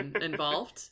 involved